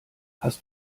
hast